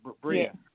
Bria